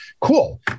Cool